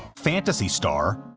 phantasy star,